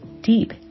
deep